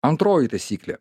antroji taisyklė